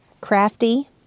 crafty